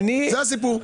זה הסיפור.